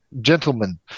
Gentlemen